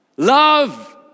love